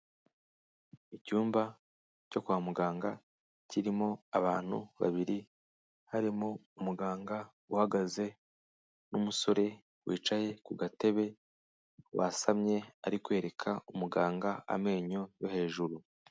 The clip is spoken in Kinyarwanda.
Icyumba cyo kwa muganga kirimo abantu babiri harimo umuganga uhagaze n'umusore wicaye ku gatebe, wasamye ari kwereka umuganga amenyo yo hejuru.